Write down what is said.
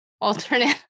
alternate